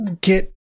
get